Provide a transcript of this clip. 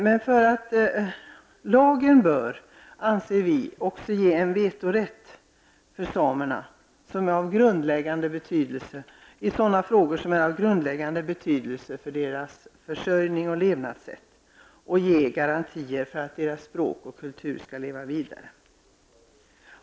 Men vi anser också att lagen bör ge samerna vetorätt, för som är av grundläggande betydelse i sådana frågor som gäller samernas försörjning och levnadssätt och som ger garantier för att deras språk och kultur skall leva vidare.